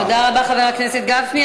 תודה רבה, חבר הכנסת גפני.